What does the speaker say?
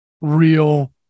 real